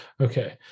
Okay